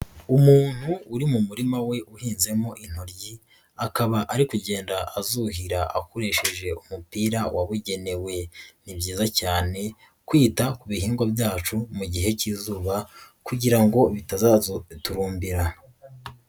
Umuntu uri mu murima we uhinzemo intoryi, akaba ari kugenda azuhira akoresheje umupira wabugenewe. Ni byiza cyane kwita ku bihingwa byacu mu gihe k'izuba kugira ngo bitazaturumbira.